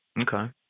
Okay